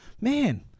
man